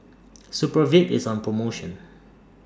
Supravit IS on promotion